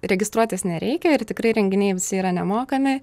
registruotis nereikia ir tikrai renginiai visi yra nemokami